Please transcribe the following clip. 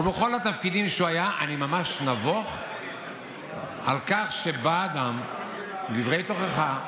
בכל התפקידים שבהם הוא היה אני ממש נבוך על כך שבא אדם עם דברי תוכחה,